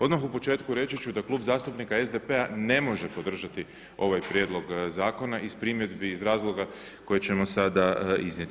Odmah u početku reći ću da Klub zastupnika SDP-a ne može podržati ovaj prijedlog zakona iz primjedbi i razloga koje ćemo sada iznijeti.